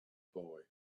boy